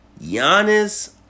Giannis